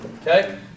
okay